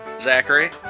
Zachary